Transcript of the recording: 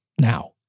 Now